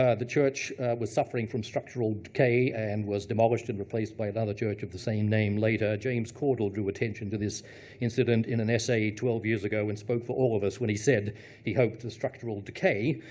ah the church was suffering from structural decay, and was demolished and replaced by another church of the same name later. james caudle drew attention to this incident in an essay twelve years ago, and spoke for all of us when he said he hoped the structural decay,